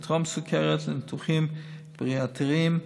לטרום-סוכרת ולניתוחים בריאטריים,